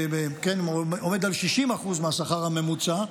עומד על 60% מהשכר הממוצע,